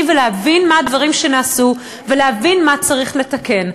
ולהבין מה הדברים שנעשו ולהבין מה צריך לתקן.